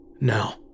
Now